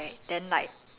no like